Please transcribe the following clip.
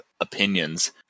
opinions